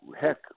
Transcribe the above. heck